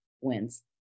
wins